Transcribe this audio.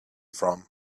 from